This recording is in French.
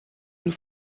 nous